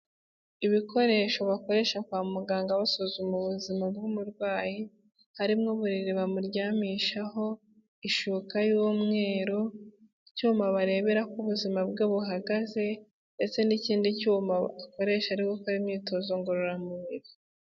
Ibikoresho bakoresha kwa muganga basuzuma ubuzima bw'umurwayi, harimo uburiri bamuryamishaho, ishuka y'umweru, icyuma barebera uko ubuzima bwe buhagaze ndetse n'ikindi cyuma akoresha ari gukora imyitozo ngororamubiri.